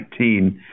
2019